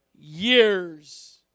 years